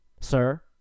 sir